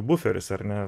buferis ar ne